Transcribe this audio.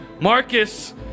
Marcus